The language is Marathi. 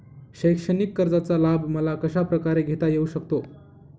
शैक्षणिक कर्जाचा लाभ मला कशाप्रकारे घेता येऊ शकतो?